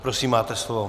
Prosím, máte slovo.